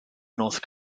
north